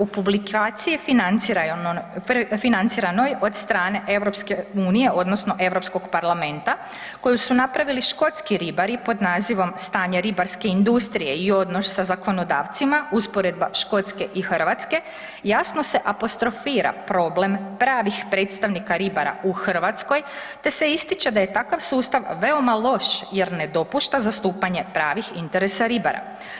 U publikaciji financiranoj od strane EU odnosno Europskog parlamenta koji su napravili škotski ribari pod nazivom „Stanje ribarske industrije i odnos sa zakonodavcima“ usporedba Škotske i Hrvatske jasno se apostrofira problem pravih predstavnika ribara u Hrvatskoj te se ističe da je takav sustav veoma loš jer ne dopušta zastupanje pravih interesa ribara.